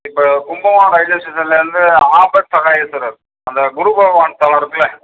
இப்போ கும்பகோணம் ரயில்வே ஸ்டேஷன்லேருந்து ஆபத்சகாயேஸ்வரர் அந்த குரு பகவான் ஸ்தலம் இருக்குதில்ல